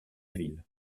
ville